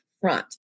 front